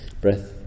breath